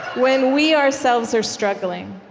when we ourselves are struggling?